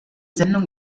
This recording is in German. sendung